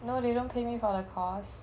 no they don't pay me for the course